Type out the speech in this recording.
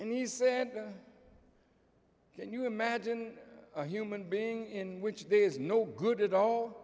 and he said can you imagine a human being in which there is no good at all